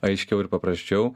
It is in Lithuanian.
aiškiau ir paprasčiau